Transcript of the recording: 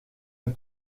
een